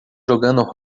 jogando